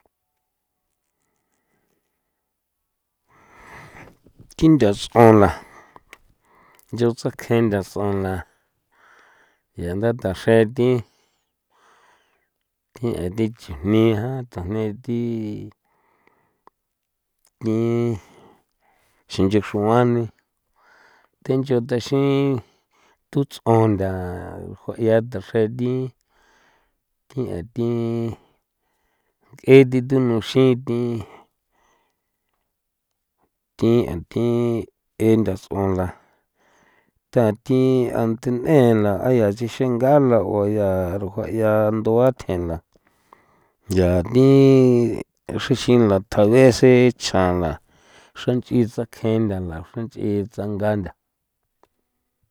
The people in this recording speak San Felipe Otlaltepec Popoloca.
Thi nda ts'on la ya tsakje nda ts'on la yaa nda taxre thi thi a thi chujni jan thajni thi thi xinche xruani thi ncho thaxin thu ts'on ntha jua'ia thaxre thi thi an thi e thi thunuxin thi thi an thi nda s'on la tha thi anthe n'ela a ya chi xenga la uaya rujua ya ndua nthjela ya thi xrixila thage see chanla xra nch'i tsakje nthala xra nch'i tsanga ntha.